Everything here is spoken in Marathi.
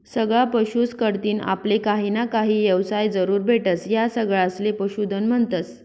सगळा पशुस कढतीन आपले काहीना काही येवसाय जरूर भेटस, या सगळासले पशुधन म्हन्तस